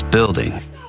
building